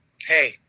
hey